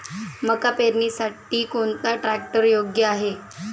मका पेरणीसाठी कोणता ट्रॅक्टर योग्य आहे?